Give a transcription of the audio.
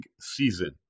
season